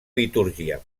litúrgia